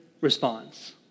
response